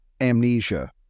amnesia